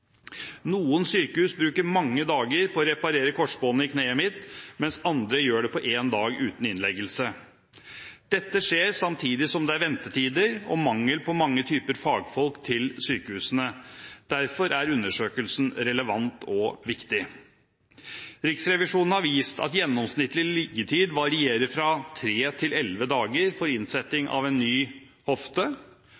Noen sykehus bruker mange dager på å reparere korsbåndet i kneet mitt, mens andre gjør det på én dag uten innleggelse. Dette skjer samtidig som det er ventetider og mangel på mange typer fagfolk til sykehusene. Derfor er undersøkelsen relevant og viktig. Riksrevisjonen har vist at gjennomsnittlig liggetid varierer fra tre til elleve dager for innsetting